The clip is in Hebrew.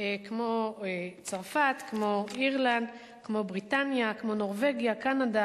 כמו צרפת, אירלנד, בריטניה, נורבגיה, קנדה,